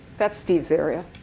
that's steve's area.